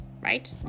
right